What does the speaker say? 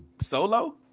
solo